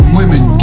women